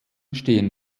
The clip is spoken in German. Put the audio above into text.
stehen